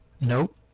Nope